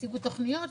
הציגו תוכניות,